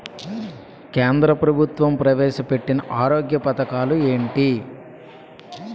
కేంద్ర ప్రభుత్వం ప్రవేశ పెట్టిన ఆరోగ్య పథకాలు ఎంటి?